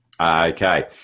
Okay